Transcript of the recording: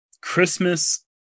christmas